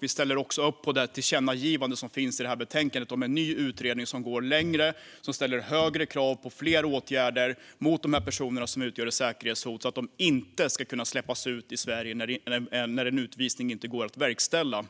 Vi ställer också upp på det tillkännagivande som föreslås i betänkandet om en ny utredning som går längre och som ställer högre krav på fler åtgärder mot de personer som utgör ett säkerhetshot så att de inte ska kunna släppas ut i Sverige när en utvisning inte går att verkställa.